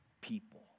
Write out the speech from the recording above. people